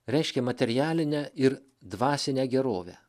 reiškia materialinę ir dvasinę gerovę